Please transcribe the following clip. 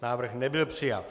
Návrh nebyl přijat.